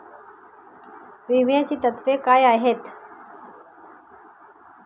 विम्याची तत्वे काय आहेत?